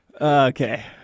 Okay